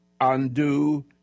undo